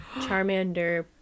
charmander